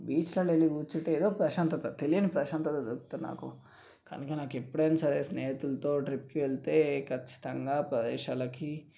బీచ్లల్లో వెళ్ళి కూర్చుంటే ఏదో ప్రశాంతత తెలియని ప్రశాంతత దొరుకుతుంది నాకు కనుక నాకెప్పుడైనా సరే స్నేహితులతో ట్రిప్కి వెళ్తే ఖచ్చితంగా ప్రదేశాలకి